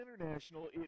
international